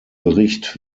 bericht